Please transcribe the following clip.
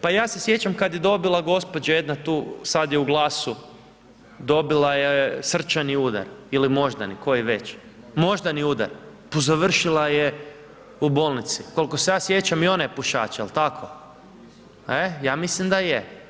Pa ja se sjećam kad je dobila gospođa jedna tu, sad je u GLAS-u, dobila je srčani udar ili moždani, koji već, moždani udar, pa završila je u bolnici, kol'ko se ja sjećam i ona je pušač jel tako, e, ja mislim da je.